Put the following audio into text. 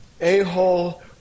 a-hole